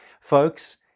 Folks